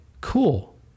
cool